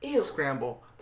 scramble